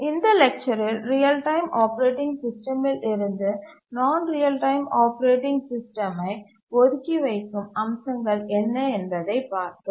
இந்த லெக்சரில் real time operating சிஸ்டமில் இருந்து நான் ரியல் டைம் ஆப்பரேட்டிங் சிஸ்டமை ஒதுக்கி வைக்கும் அம்சங்கள் என்ன என்பதைப் பார்த்தோம்